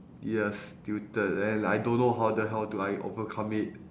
yes tilted and I don't know how the hell do I overcome it